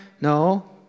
No